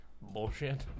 bullshit